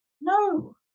No